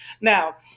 Now